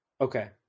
okay